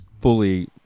fully